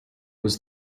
was